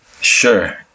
Sure